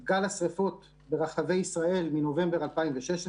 את גל השרפות ברחבי ישראל מנובמבר 2016,